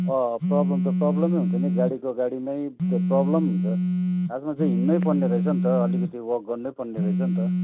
अँ प्रोब्लम त प्रोब्लमै हुन्छ नि गाडीको गाडीमै त्यो प्रोब्लम हुन्छ खासमा चाहिँ हिँड्नै पर्ने रहेछ नि त अलिकति वक गर्नै पर्ने रहेछ नि त